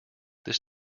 this